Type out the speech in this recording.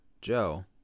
Joe